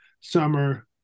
summer